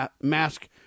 mask